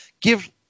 give